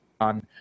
on